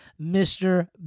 Mr